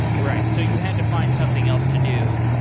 right. so you had to find something else to do,